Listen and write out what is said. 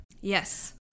Yes